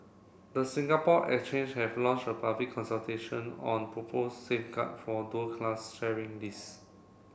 the Singapore Exchange has launched a public consultation on propose safeguard for dual class sharing list